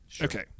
Okay